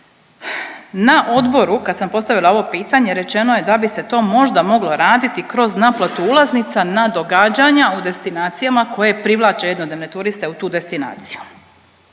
Na odboru kad sam postavila ovo pitanje rečeno je da bi se to možda moglo raditi kroz naplatu ulaznica na događanja u destinacijama koje privlače jednodnevne turiste u tu destinaciju.